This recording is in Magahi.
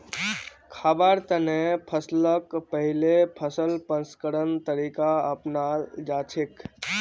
खाबार तने फसलक पहिले फसल प्रसंस्करण तरीका अपनाल जाछेक